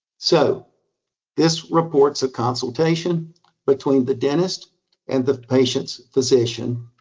so this reports a consultation between the dentist and the patient's physician.